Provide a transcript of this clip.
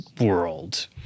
world